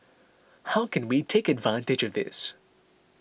how can we take advantage of this